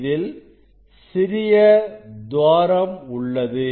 இதில் சிறிய துவாரம் உள்ளது